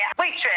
waitress